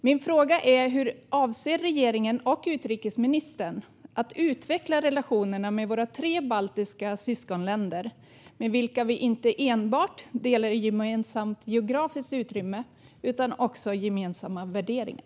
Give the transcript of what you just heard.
Min fråga är: Hur avser regeringen och utrikesministern att utveckla relationerna med våra tre baltiska syskonländer, med vilka vi inte enbart delar gemensamt geografiskt utrymme utan också gemensamma värderingar?